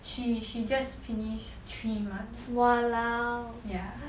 she she just finish three months ya